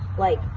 like,